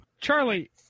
Charlie